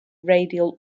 radial